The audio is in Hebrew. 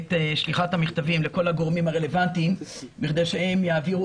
את שליחת המכתבים לכל הגורמים הרלוונטיים בכדי שהם יעבירו